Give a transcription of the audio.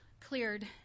cleared